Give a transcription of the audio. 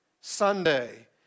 Sunday